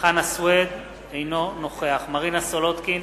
חנא סוייד, אינו נוכח מרינה סולודקין,